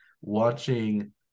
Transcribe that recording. watching